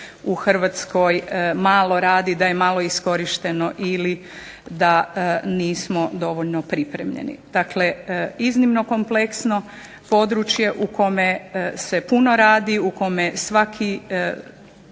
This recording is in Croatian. u Hrvatskoj malo radi, da je malo iskorišteno ili da nismo dovoljno pripremljeni. Dakle, iznimno kompleksno područje u kome se puno radi, u kome svake